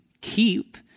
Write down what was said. keep